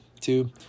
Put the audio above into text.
two